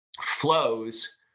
flows